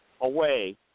away